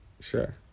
Sure